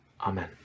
Amen